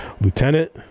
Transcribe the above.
lieutenant